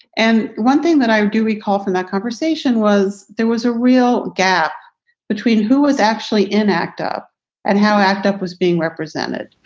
and one thing that i do recall from that conversation was there was a real gap between who was actually inact up and how act up was being represented.